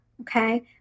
Okay